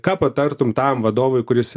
ką patartum tam vadovui kuris